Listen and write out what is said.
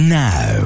now